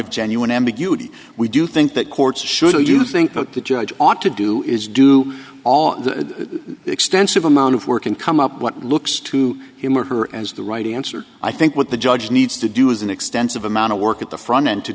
of genuine ambiguity we do think that courts should you think vote the judge ought to do is do all the extensive amount of work and come up what looks to him or her as the right answer i think what the judge needs to do is an extensive amount of work at the front end to